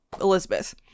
elizabeth